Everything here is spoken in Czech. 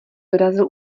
dorazil